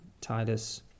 Titus